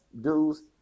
dudes